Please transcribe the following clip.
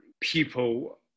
people